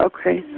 Okay